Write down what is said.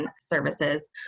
services